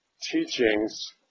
teachings